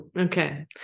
okay